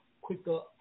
quicker